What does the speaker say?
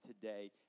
today